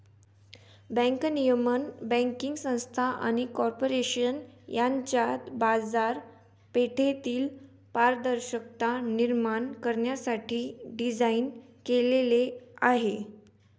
bank नियमन banking संस्था आणि कॉर्पोरेशन यांच्यात बाजारपेठेतील पारदर्शकता निर्माण करण्यासाठी डिझाइन केलेले आहे